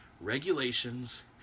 regulations